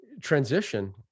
transition